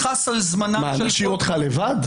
נשאיר אותך לבד?